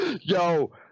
yo